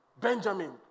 Benjamin